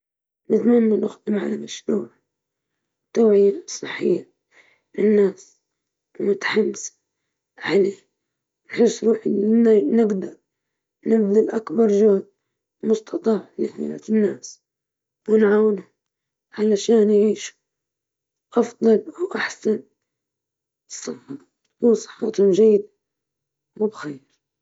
أعمل على مشروع شخصي يتضمن تعليم اللغات، أتشجع عليه لأنه يعزز مهاراتي ويتيح لي مساعدة الآخرين في التواصل مع ثقافات جديدة.